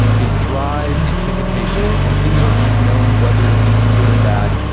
it drive, anticipation. when things are unknown, whether it's going to be good or bad,